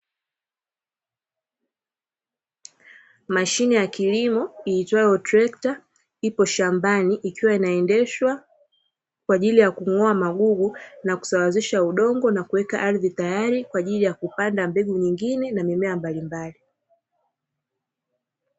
Mashine ya kilimo iitwayo trekta ipo shambani ikiwa inaendeshwa kwa ajili ya kung'oa magugu, na kusawazisha udongo na kuweka ardhi tayari kwa ajili ya kupanda mbegu nyingine na mimea mbalimbali.